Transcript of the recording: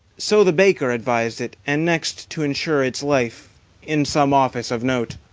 so the baker advised it and next, to insure its life in some office of note